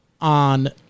On